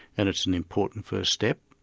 and it's an important first step,